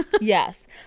yes